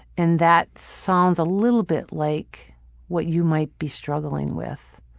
and that sounds a little bit like what you might be struggling with.